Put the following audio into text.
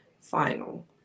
final